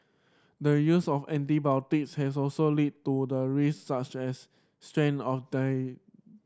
the use of antibiotics has also lead to the rise such as strain of the